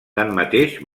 tanmateix